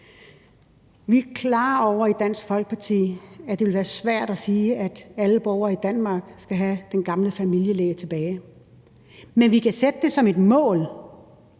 Vi er i Dansk Folkeparti klar over, at det vil være svært at sige, at alle borgere i Danmark skal have den gamle familielæge tilbage, men vi kan sætte det som et mål.